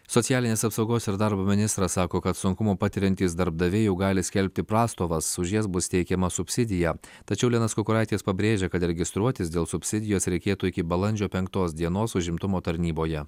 socialinės apsaugos ir darbo ministras sako kad sunkumų patiriantys darbdaviai jau gali skelbti prastovas už jas bus teikiama subsidija tačiau linas kukuraitis pabrėžia kad registruotis dėl subsidijos reikėtų iki balandžio penktos dienos užimtumo tarnyboje